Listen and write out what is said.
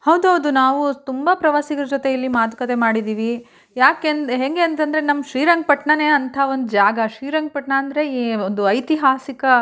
ಹೌದೌದು ನಾವು ತುಂಬ ಪ್ರವಾಸಿಗ್ರ ಜೊತೆ ಇಲ್ಲಿ ಮಾತುಕತೆ ಮಾಡಿದ್ದೀವಿ ಯಾಕೆಂದು ಹೆಂಗೆ ಅಂತ ಅಂದ್ರೆ ನಮ್ಮ ಶ್ರೀರಂಗಪಟ್ಣನೇ ಅಂಥ ಒಂದು ಜಾಗ ಶ್ರೀರಂಗ್ಪಟ್ಟಣ ಅಂದರೆ ಈ ಒಂದು ಐತಿಹಾಸಿಕ